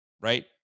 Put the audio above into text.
right